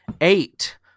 Eight